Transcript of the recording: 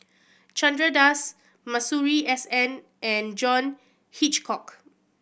Chandra Das Masuri S N and John Hitchcock